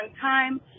time